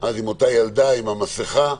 עם אותה ילדה עם המסכה.